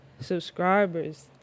subscribers